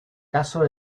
casos